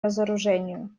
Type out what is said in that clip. разоружению